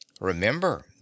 Remember